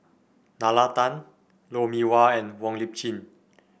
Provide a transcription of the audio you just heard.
Nalla Tan Lou Mee Wah and Wong Lip Chin